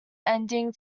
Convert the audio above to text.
ending